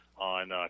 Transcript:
on